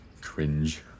Cringe